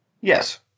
Yes